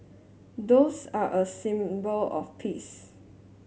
doves are a symbol of peace